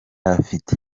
afite